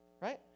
right